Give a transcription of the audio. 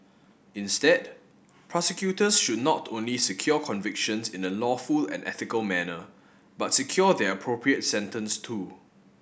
instead prosecutors should not only secure convictions in a lawful and ethical manner but secure the appropriate sentence too